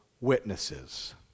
witnesses